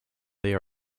they